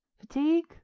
fatigue